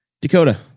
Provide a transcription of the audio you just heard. Dakota